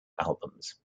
albums